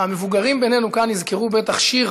המבוגרים בינינו כאן יזכרו בטח שיר